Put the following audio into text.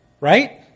right